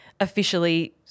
Officially